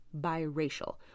biracial